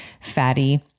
fatty